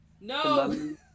No